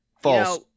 False